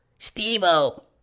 Steve-O